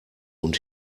und